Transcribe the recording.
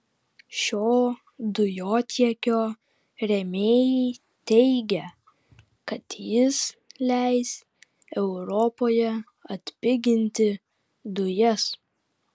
šio dujotiekio rėmėjai teigia kad jis leis europoje atpiginti dujas